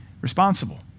responsible